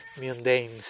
mundane